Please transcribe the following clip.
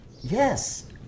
Yes